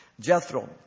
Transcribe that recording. Jethro